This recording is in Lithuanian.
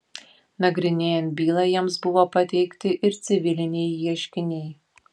nagrinėjant bylą jiems buvo pateikti ir civiliniai ieškiniai